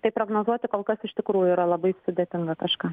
tai prognozuoti kol kas iš tikrųjų yra labai sudėtinga kažką